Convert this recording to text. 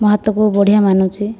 ମୋ ହାତକୁ ବଢ଼ିଆ ମାନୁଛି